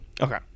Okay